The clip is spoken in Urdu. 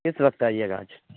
کس وقت آئیے گا آج